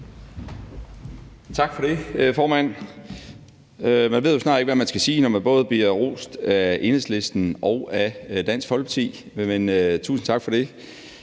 Tak for det, formand. Man ved jo snart ikke, hvad man skal sige, når man både bliver rost af Enhedslisten og af Dansk Folkeparti, men tusind tak for det.